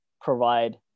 provide